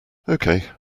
okay